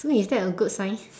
so is that a good sign